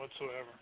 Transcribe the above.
whatsoever